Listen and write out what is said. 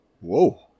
Whoa